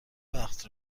وقت